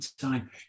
time